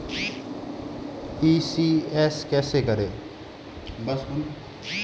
ECS कैसे करें?